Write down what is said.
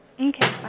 Okay